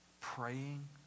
praying